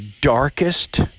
darkest